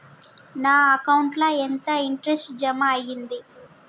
నా అకౌంట్ ల ఎంత ఇంట్రెస్ట్ జమ అయ్యింది?